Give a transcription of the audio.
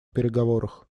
переговорах